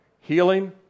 Healing